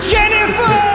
Jennifer